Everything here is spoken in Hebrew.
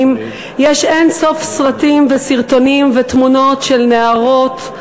יש אין-סוף סרטים וסרטונים ותמונות של נערות,